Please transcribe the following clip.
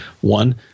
One